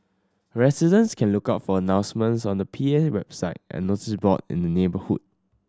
residents can look out for announcements on the P A website and notice board in the neighbourhood